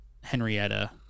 Henrietta